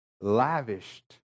lavished